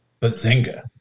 Bazinga